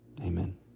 amen